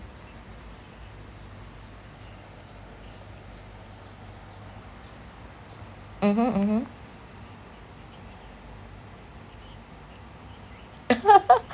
mmhmm mmhmm